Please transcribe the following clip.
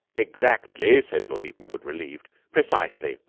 exactly, said lord evenwood, relieved. precisely.